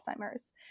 Alzheimer's